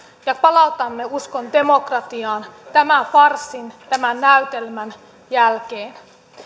ja palautamme uskon demokratiaan tämän farssin tämän näytelmän jälkeen